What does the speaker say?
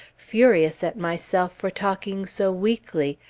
furious at myself for talking so weakly,